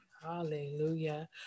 Hallelujah